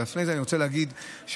אבל לפני זה אני רוצה להגיד שהכנסת,